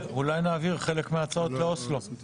אני מסתכל על ש"ס, היינו שניים ונשארנו שניים.